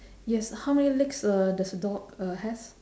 yes how many legs uh does your dog uh has